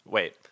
Wait